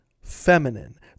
feminine